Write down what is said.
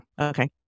okay